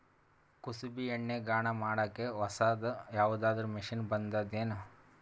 ಕುಸುಬಿ ಎಣ್ಣೆ ಗಾಣಾ ಮಾಡಕ್ಕೆ ಹೊಸಾದ ಯಾವುದರ ಮಷಿನ್ ಬಂದದೆನು?